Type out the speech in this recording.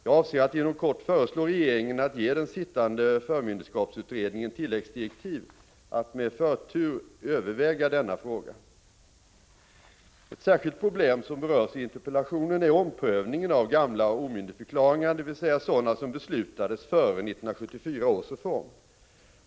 Jag avser att inom kort föreslå regeringen att ge den sittande förmynderskapsutredningen tilläggsdirektiv att med förtur överväga denna fråga. Ett särskilt problem som berörs i interpellationen är omprövningen av gamla omyndigförklaringar, dvs. sådana som beslutades före 1974 års reform.